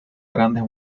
grandes